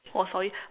oh sorry